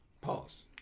Pause